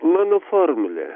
mano formulė